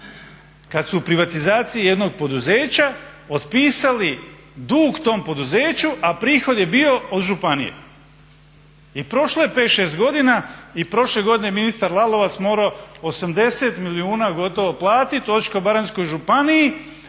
kad su u privatizaciji jednog poduzeća otpisali dug tom poduzeću, a prihod je bio od županije. I prošlo je 5-6 godina i prošle godine ministar Lalovac je morao 80 milijuna gotovo platit Osječko-baranjskoj županiji